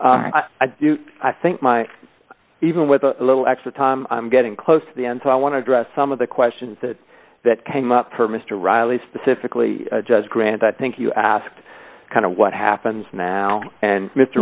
issue i think my even with a little extra time i'm getting close to the end so i want to address some of the questions that that kind for mr riley specifically judge grants i think you asked kind of what happens now and mr